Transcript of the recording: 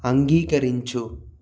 అంగీకరించు